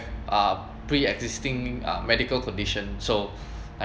uh pre-existing uh medical conditions so